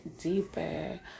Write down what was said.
deeper